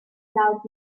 loud